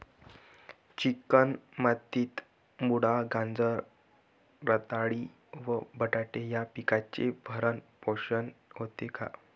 Chicken मातीत मुळा, गाजर, रताळी व बटाटे या पिकांचे भरण पोषण होते का?